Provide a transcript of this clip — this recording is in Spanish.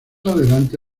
adelante